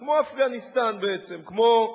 כמו אפגניסטן, בעצם, כמו אירן.